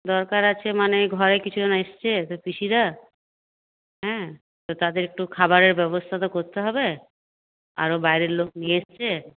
দরকার আছে মানে ঘরে কিছুজন এসেছে তোর পিসিরা হ্যাঁ তো তাদের একটু খাবারের ব্যবস্থা তো করতে হবে আরও বাইরের লোক নিয়ে এসেছে